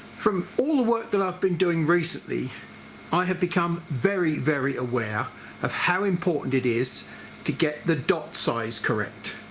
from all the work that i've been doing recently i have become very very aware of how important it is to get the dot size correct.